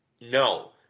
No